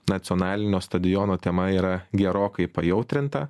nacionalinio stadiono tema yra gerokai pajautrinta